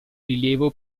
rilievo